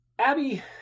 Abby